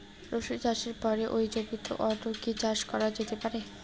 রসুন চাষের পরে ওই জমিতে অন্য কি চাষ করা যেতে পারে?